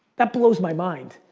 that blows my mind.